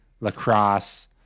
lacrosse